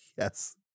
Yes